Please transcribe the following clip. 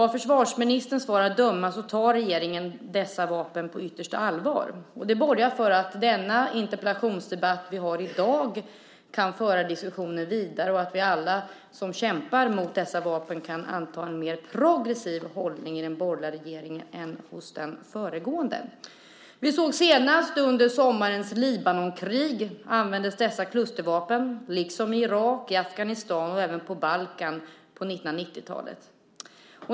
Av försvarsministerns svar att döma tar regeringen dessa vapen på yttersta allvar, och det borgar för att den interpellationsdebatt vi har i dag kan föra diskussionen vidare och att vi alla som kämpar mot dessa vapen kan anta en mer progressiv hållning i den borgerliga regeringen än hos den föregående. Vi såg dessa klustervapen användas senast under sommarens Libanonkrig, liksom i Irak, Afghanistan och även på Balkan på 1990-talet.